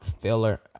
filler